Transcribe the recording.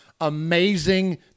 amazing